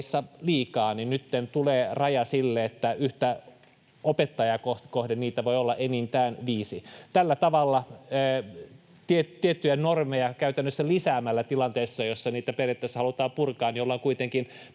liikaa, nyt tulee raja sille, että yhtä opettajaa kohti kohden niitä voi olla enintään viisi. Tällä tavalla tiettyjä normeja käytännössä lisäämällä tilanteessa, jossa niitä periaatteessa halutaan purkaa, ollaan kuitenkin